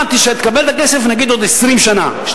אתה תקבל את הכסף, נגיד, עוד 20 שנה.